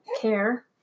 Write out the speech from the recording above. care